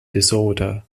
disorder